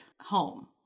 home